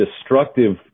destructive